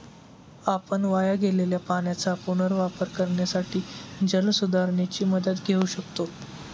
आपण वाया गेलेल्या पाण्याचा पुनर्वापर करण्यासाठी जलसुधारणेची मदत घेऊ शकतो